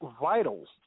vitals